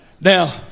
Now